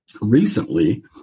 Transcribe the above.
recently